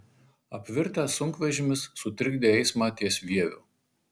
apvirtęs sunkvežimis sutrikdė eismą ties vieviu